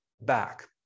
back